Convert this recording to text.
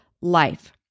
life